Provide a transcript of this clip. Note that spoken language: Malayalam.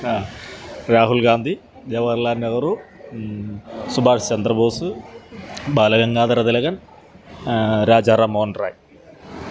ആ രാഹുൽ ഗാന്ധി ജവഹർലാൽ നെഹ്റു സുഭാഷ് ചന്ദ്രബോസ് ബാലഗംഗാധര തിലകൻ രാജാറാം മോഹൻ റോയ്